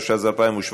התשע"ז 2017,